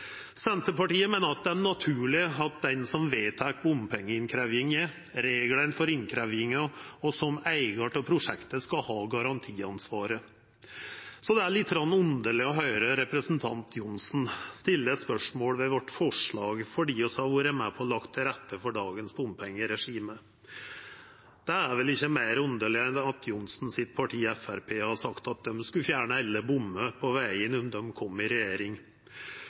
Senterpartiet meiner at det er naturleg at den som vedtek bompengeinnkrevjinga og reglane for innkrevjinga, og som er eigar av prosjektet, skal ha garantiansvaret. Så det er lite grann underleg å høyra representanten Johnsen stilla spørsmål ved forslaget vårt fordi vi har vore med på å leggja til rette for dagens bompengeregime. Det er vel ikkje meir underleg enn at partiet til Johnsen, Framstegspartiet, har sagt at dei skulle fjerna alle bommar på vegane om dei kom i regjering.